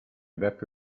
detto